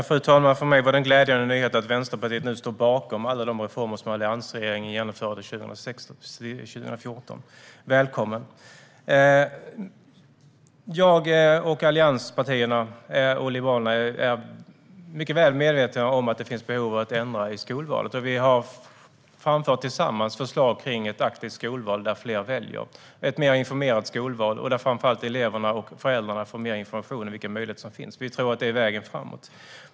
Fru talman! För mig var det en glädjande nyhet att Vänsterpartiet nu står bakom alla de reformer som alliansregeringen genomförde mellan 2006 och 2014. Välkomna! Jag, Liberalerna och allianspartierna är mycket väl medvetna om att det finns ett behov att ändra i skolvalet. Vi har tillsammans framfört ett förslag om ett aktivt skolval där fler får välja. Det blir ett mer informerat skolval, och framför allt får eleverna och föräldrarna mer information om vilka möjligheter som finns. Vi tror att detta är vägen framåt.